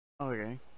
okay